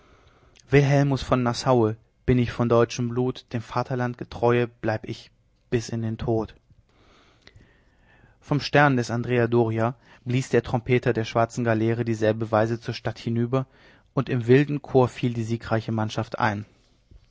von nassaue bin ich von deutschem blut dem vaterland getreue bleib ich bis in den tod vom stern des andrea doria blies jetzt der trompeter der schwarzen galeere dieselbe weise zur stadt hinüber und im wilden chor fiel die siegreiche mannschaft ein